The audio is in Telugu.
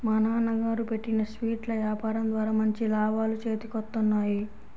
మా నాన్నగారు పెట్టిన స్వీట్ల యాపారం ద్వారా మంచి లాభాలు చేతికొత్తన్నాయి